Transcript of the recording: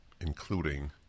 including